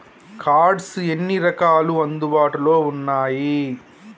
Cards ఎన్ని రకాలు అందుబాటులో ఉన్నయి?